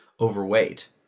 overweight